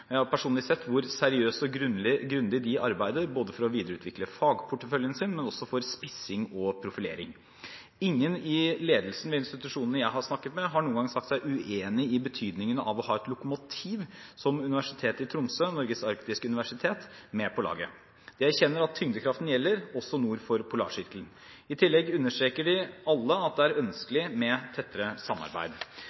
Jeg har personlig sett hvor seriøst og grundig de arbeider, både for å videreutvikle fagporteføljen sin og også for spissing og profilering. Ingen i ledelsen ved institusjonene jeg har snakket med, har noen gang sagt seg uenig i betydningen av å ha et lokomotiv som Universitetet i Tromsø, Norges arktiske universitet, med på laget. De erkjenner at tyngdekraften gjelder, også nord for Polarsirkelen. I tillegg understreker de alle at det er